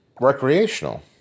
Recreational